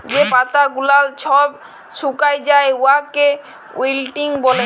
যে পাতা গুলাল ছব ছুকাঁয় যায় উয়াকে উইল্টিং ব্যলে